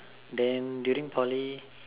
then during Poly